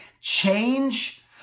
change